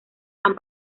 han